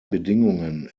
bedingungen